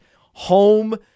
Home